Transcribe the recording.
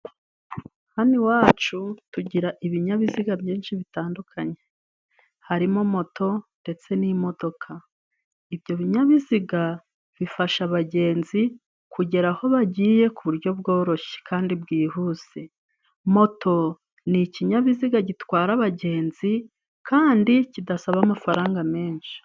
Hani wacu tugira ibinyabiziga byinshi bitandukanye harimo moto ndetse n'imodoka ibyo binyabiziga bifasha abagenzi kugera aho bagiye ku buryo bworoshye kandi bwihuse moto nikinyabiziga gitwara abagenzi kandi kidasaba amafaranga menshi.